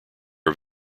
are